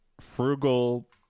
frugal